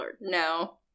no